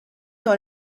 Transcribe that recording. dans